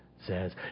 says